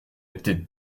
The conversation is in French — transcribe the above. étaient